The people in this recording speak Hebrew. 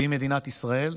והיא מדינת ישראל.